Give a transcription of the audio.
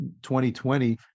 2020